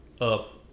up